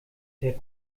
der